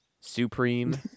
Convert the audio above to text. supreme